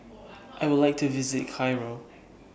I Would like to visit Cairo